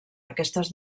aquestes